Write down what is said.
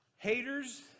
Haters